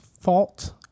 fault